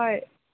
হয়